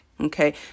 okay